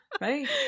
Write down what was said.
Right